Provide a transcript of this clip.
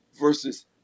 versus